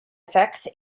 effects